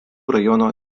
rajono